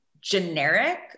generic